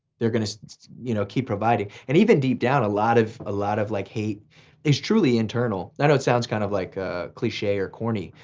they're gonna you know keep providing. and even deep down, a lot of ah lot of like hate is truly internal. i know it sounds kinda kind of like ah cliche or corny,